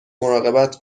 مراقبت